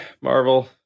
marvel